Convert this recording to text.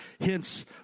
Hence